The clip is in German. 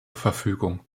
verfügung